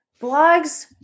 blogs